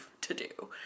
to-do